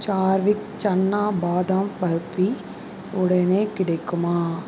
சார்விக் சன்னா பாதாம் பர்ப்பி உடனே கிடைக்குமா